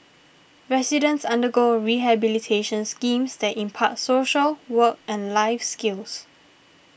residents undergo rehabilitation schemes that impart social work and life skills